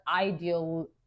ideal